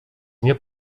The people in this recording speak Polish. nie